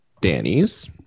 Danny's